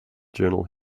journal